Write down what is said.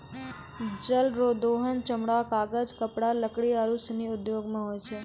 जल रो दोहन चमड़ा, कागज, कपड़ा, लकड़ी आरु सनी उद्यौग मे होय छै